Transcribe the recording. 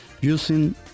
using